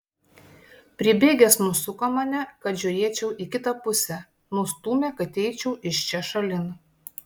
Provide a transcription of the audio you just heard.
pribėgęs nusuko mane kad žiūrėčiau į kitą pusę nustūmė kad eičiau iš čia šalin